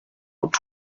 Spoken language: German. und